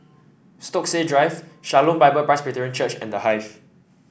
Stokesay Drive Shalom Bible Presbyterian Church and The Hive